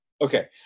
Okay